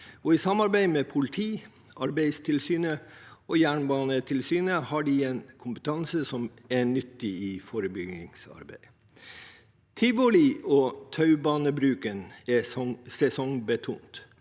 I samarbeid med politiet, Arbeidstilsynet og Jernbanetilsynet har de en kompetanse som er nyttig i forebyggingsarbeidet. Tivoli- og taubanebruken er sesongbetont,